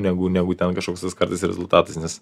negu negu ten kažkoks tas kartais rezultatas nes